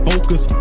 Focus